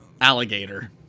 alligator